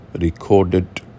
recorded